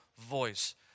voice